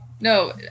no